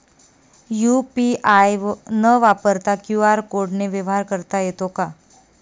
UPI न वापरता QR कोडने व्यवहार करता येतो का?